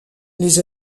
les